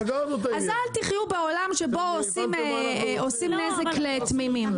אז אל תחיו בעולם שבו עושים נזק לתמימים.